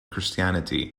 christianity